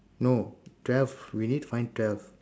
no twelve we need find twelve